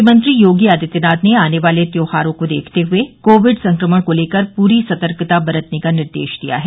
मुख्यमंत्री योगी आदित्यनाथ ने आने वाले त्योहारों को देखते हए कोविड संक्रमण को लेकर पूरी सतर्कता बरतने का निर्देश दिया है